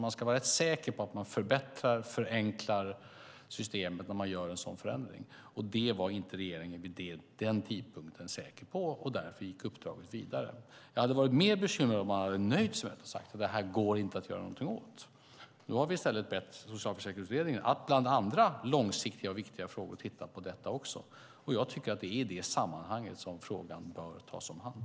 Man ska vara rätt säker på att man förbättrar och förenklar systemet när man gör en förändring, och det var inte regeringen vid den tidpunkten. Därför gick uppdraget vidare. Jag hade varit mer bekymrad om man hade nöjt sig med förslaget och sagt att det här går det inte att göra någonting åt. Nu har vi i stället bett socialförsäkringsutredningen att bland andra långsiktiga och viktiga frågor titta också på detta. Jag tycker att det är i det sammanhanget som frågan bör tas om hand.